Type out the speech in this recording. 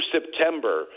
September